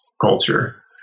culture